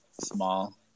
small